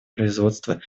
производство